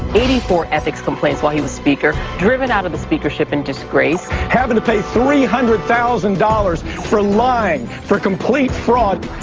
eighty-four ethics complaints while he was speaker driven out of the speakership in disgrace. having to pay three hundred thousand dollars for lying, for complete fraud,